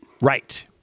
Right